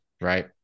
right